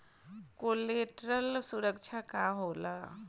Collateral सुरक्षा का होला?